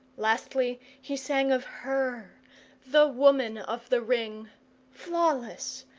lastly he sang of her the woman of the ring flawless,